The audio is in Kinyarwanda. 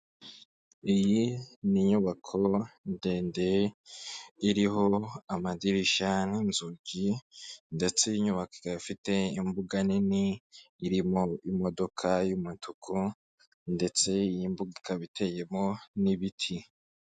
Iyi ni inyubako ndende iriho amadirishya n'inzugi ndetse iyi nyubako ikaba ifite imbuga nini, irimo imodoka y'umutuku ndetse iyi mbuga ikaba iteyemo n'ibiti.